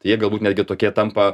jie galbūt netgi tokie tampa